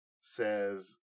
says